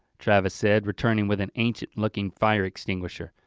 travis said, returning with an ancient looking fire extinguisher.